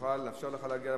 נאפשר לך להגיע למקום,